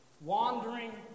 wandering